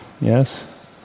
Yes